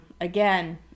again